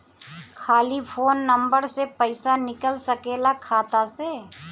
खाली phone number से पईसा निकल सकेला खाता से?